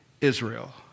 Israel